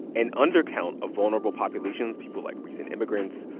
an undercount of vulnerable populations people like recent immigrants,